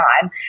time